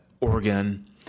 Oregon